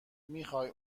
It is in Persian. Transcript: میخوای